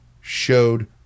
showed